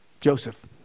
Joseph